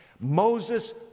Moses